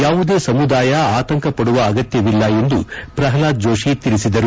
ಯಾವುದೇ ಸಮುದಾಯ ಆತಂಕ ಪಡುವ ಅಗತ್ಯವಿಲ್ಲ ಎಂದು ಶ್ರಲ್ವಾದ್ ಜೋಷಿ ತಿಳಿಸಿದರು